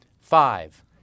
Five